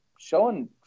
showing